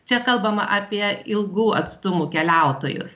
čia kalbama apie ilgų atstumų keliautojus